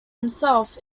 himself